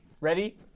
Ready